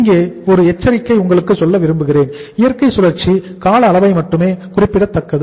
இங்கே ஒரு எச்சரிக்கை உங்களுக்கு சொல்ல விரும்புகிறேன் இயற்கை சுழற்சி கால அளவை மட்டுமே குறிப்பிடத்தக்கது